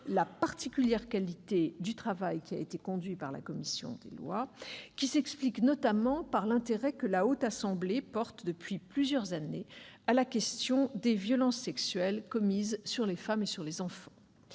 la particulière qualité du travail conduit par la commission des lois, qui s'explique notamment par l'intérêt que la Haute Assemblée porte depuis plusieurs années à la question des violences sexuelles commises sur les femmes et sur les enfants.